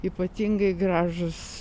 ypatingai gražūs